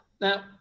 now